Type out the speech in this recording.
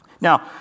Now